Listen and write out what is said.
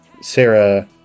Sarah